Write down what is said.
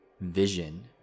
vision